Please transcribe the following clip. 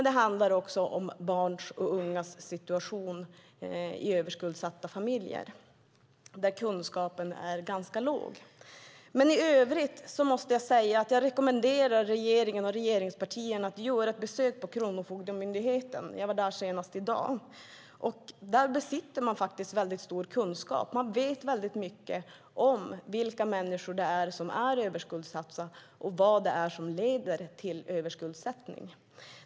Det handlar också om barns och ungas situation i överskuldsatta familjer där kunskapen är ganska låg. I övrigt rekommenderar jag regeringen och regeringspartierna att göra ett besök på Kronofogdemyndigheten. Jag var där senast i dag. Där besitter man faktiskt stor kunskap. Man vet väldigt mycket om vilka människor som är överskuldsatta och vad som leder till överskuldsättning.